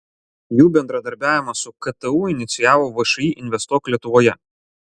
jų bendradarbiavimą su ktu inicijavo všį investuok lietuvoje